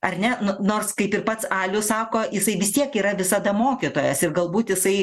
ar ne no nors kaip ir pats alius sako jisai vis tiek yra visada mokytojas ir galbūt jisai